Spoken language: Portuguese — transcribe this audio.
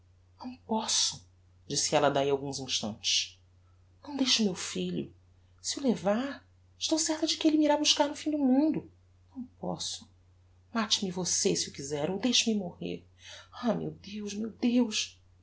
não posso disse ella dahi a alguns instantes não deixo meu filho se o levar estou certa de que elle me irá buscar ao fim do mundo não posso mate me você se o quizer ou deixe-me morrer ah meu deus meu deus